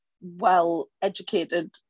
well-educated